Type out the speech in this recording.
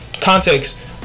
context